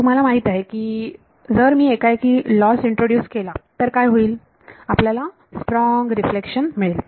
तुम्हाला माहिती आहे का की जर मी एकाएकी लॉस इंट्रोड्युस केला तर काय होईल आपल्याला एक स्ट्रॉंग रिफ्लेक्शन मिळेल